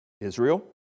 Israel